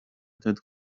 تدخل